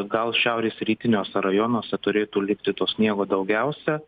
gal šiaurės rytiniuose rajonuose turėtų likti to sniego daugiausia